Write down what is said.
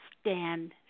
stand